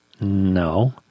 No